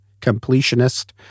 completionist